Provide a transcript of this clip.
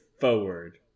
forward